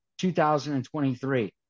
2023